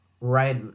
right